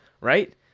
right